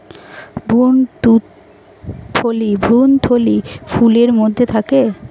ভ্রূণথলি ফুলের মধ্যে থাকে